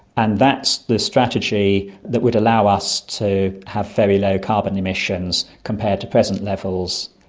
and that's the strategy that would allow us to have very low carbon emissions compared to present levels.